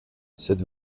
cette